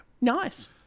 Nice